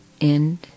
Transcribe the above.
end